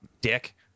dick